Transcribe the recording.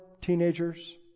teenagers